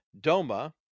DOMA